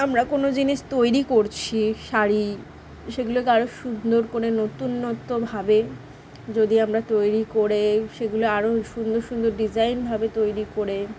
আমরা কোনো জিনিস তৈরি করছি শাড়ি সেগুলোকে আরো সুন্দর করে নতুনত্বভাবে যদি আমরা তৈরি করে সেগুলো আরো সুন্দর সুন্দর ডিজাইনভাবে তৈরি করে